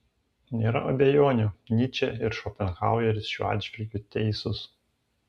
nėra abejonių nyčė ir šopenhaueris šiuo atžvilgiu teisūs